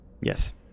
Yes